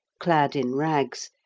clad in rags,